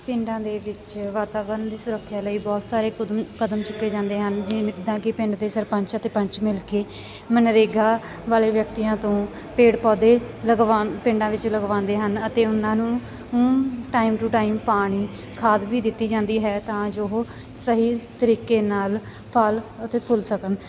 ਪਿੰਡਾਂ ਦੇ ਵਿੱਚ ਵਾਤਾਵਰਨ ਦੀ ਸੁਰੱਖਿਆ ਲਈ ਬਹੁਤ ਸਾਰੇ ਕੁਦਮ ਕਦਮ ਚੁੱਕੇ ਜਾਂਦੇ ਹਨ ਜਿੱਦਾਂ ਕਿ ਪਿੰਡ ਦੇ ਸਰਪੰਚ ਅਤੇ ਪੰਚ ਮਿਲ ਕੇ ਮਨਰੇਗਾ ਵਾਲੇ ਵਿਅਕਤੀਆਂ ਤੋਂ ਪੇੜ ਪੌਦੇ ਲਗਵਾ ਪਿੰਡਾਂ ਵਿੱਚ ਲਗਵਾਉਂਦੇ ਹਨ ਅਤੇ ਉਹਨਾਂ ਨੂੰ ਟਾਈਮ ਟੂ ਟਾਈਮ ਪਾਣੀ ਖਾਦ ਵੀ ਦਿੱਤੀ ਜਾਂਦੀ ਹੈ ਤਾਂ ਜੋ ਉਹ ਸਹੀ ਤਰੀਕੇ ਨਾਲ ਫਲ ਅਤੇ ਫੁੱਲ ਸਕਣ